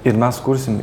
ir mes kursim